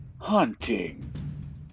hunting